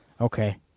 Okay